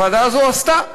הוועדה הזאת עשתה,